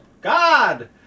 God